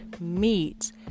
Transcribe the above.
meat